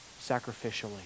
sacrificially